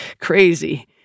crazy